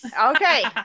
Okay